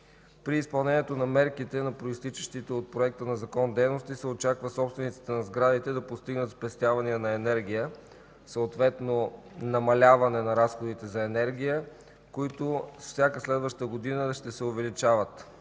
При изпълнението на мерките на произтичащите от проекта на закон дейности се очаква собствениците на сградите да постигнат спестявания на енергия, съответно намаляване на разходите за енергия, които с всяка следваща година ще се увеличават.